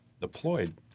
deployed